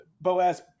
Boaz